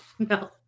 No